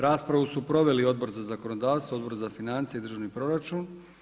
Raspravu su proveli Odbor za zakonodavstvo, Odbor za financije i državni proračun.